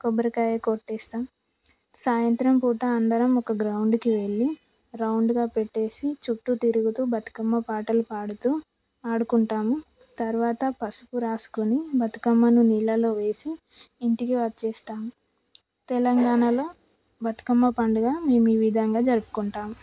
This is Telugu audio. కొబ్బరికాయ కొట్టేస్తాం సాయంత్రం పూట అందరం ఒక గ్రౌండ్కి వెళ్ళి రౌండ్గా పెట్టి చుట్టు తిరుగుతు బతుకమ్మ పాటలు పాడుతు ఆడుకుంటాము తర్వాత పసుపు రాసుకుని బతుకమ్మను నీళ్ళలో వేసి ఇంటికి వస్తాము తెలంగాణలో బతుకమ్మ పండుగ మేము ఈ విధంగా జరుపుకుంటాము